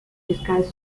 disguise